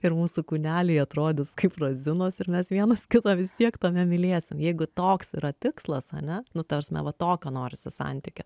ir mūsų kūneliai atrodys kaip razinos ir mes vienas kitą vis tiek tame mylėsim jeigu toks yra tikslas ane nu ta prasme va tokio norisi santykio